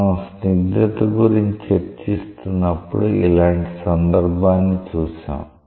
మనం స్నిగ్దత గురించి చర్చిస్తున్నప్పుడు ఇలాంటి సందర్భాన్ని చూసాం